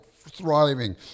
thriving